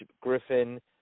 Griffin